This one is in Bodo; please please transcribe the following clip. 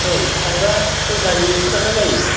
औ थाइबा सयथा जों एकस' थाखा जायो